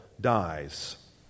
dies